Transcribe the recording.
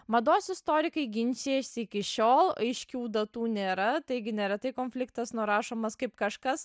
mados istorikai ginčijasi iki šiol aiškių datų nėra taigi neretai konfliktas nurašomas kaip kažkas